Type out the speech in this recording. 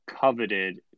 coveted